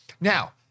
Now